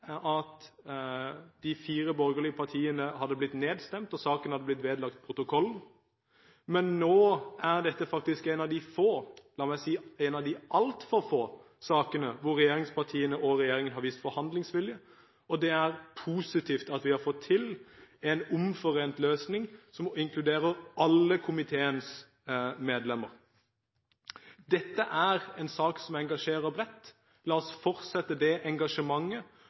at de fire borgerlige partiene hadde blitt nedstemt, og at saken hadde blitt vedlagt protokollen. Men nå er dette faktisk en av de få – la meg si, en av de altfor få – sakene hvor regjeringspartiene og regjeringen har vist forhandlingsvilje. Det er positivt at vi har fått til en omforent løsning som inkluderer alle komiteens medlemmer. Dette er en sak som engasjerer bredt. La oss fortsette det engasjementet.